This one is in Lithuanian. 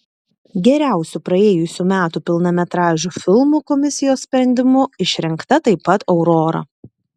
geriausiu praėjusių metų pilnametražiu filmu komisijos sprendimu išrinkta taip pat aurora